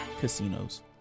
casinos